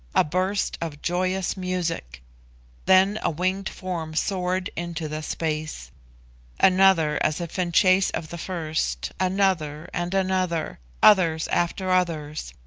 a burst of joyous music then a winged form soared into the space another as if in chase of the first, another and another others after others,